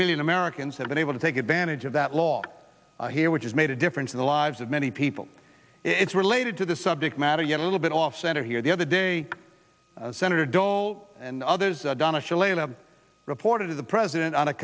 million americans have been able to take advantage of that lot here which is made a difference in the lives of many people it's related to the subject matter yet a little bit off center here the other day senator dole and others donna shalala reported to the president o